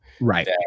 right